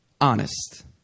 honest